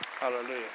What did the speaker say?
Hallelujah